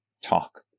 talk